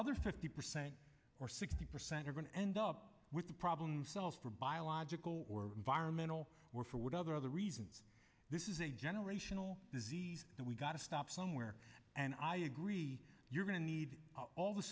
other fifty percent or sixty percent are going to end up with problems sells for biological or environmental or for what other other reasons this is a generational disease that we've got to stop somewhere and i agree you're going to need all